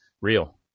real